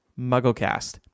mugglecast